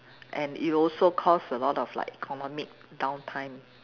and it also cause a lot of like economic downtime